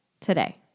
Today